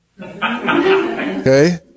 Okay